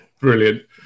Brilliant